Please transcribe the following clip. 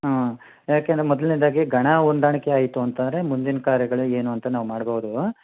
ಹಾಂ ಏಕೆಂದರೆ ಮೊದಲನೇದಾಗಿ ಗಣ ಹೊಂದಾಣಿಕೆ ಆಯಿತು ಅಂತಂದರೆ ಮುಂದಿನ ಕಾರ್ಯಗಳು ಏನು ಅಂತ ನಾವು ಮಾಡಬೋದು